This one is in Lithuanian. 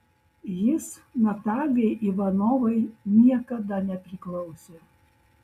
jis natalijai ivanovai niekada nepriklausė